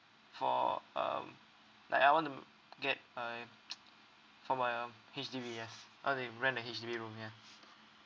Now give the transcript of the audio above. for um like I want to get uh for my um H_D_B yes how they rent the H_D_B room yeah